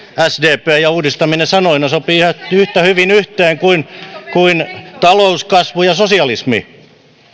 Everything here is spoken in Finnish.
sdp ja uudistaminen sanoina sopivat ihan yhtä hyvin yhteen kuin talouskasvu ja sosialismi